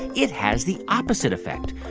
it has the opposite effect.